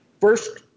First